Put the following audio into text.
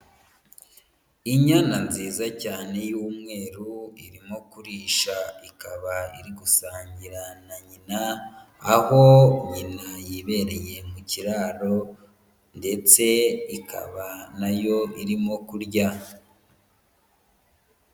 Inyana nziza cyane y'umweru irimo kurisha ikaba iri gusangira na nyina, aho nyina yibereye mu kiraro ndetse ikaba na yo irimo kurya.